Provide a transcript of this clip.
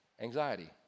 anxiety